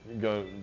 go